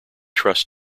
trust